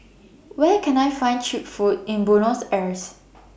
Where Can I Find Cheap Food in Buenos Aires